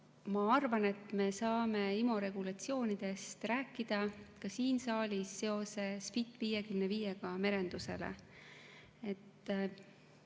Ma arvan, et me saame IMO regulatsioonidest rääkida ka siin saalis seoses "Fit 55‑ga" merenduses.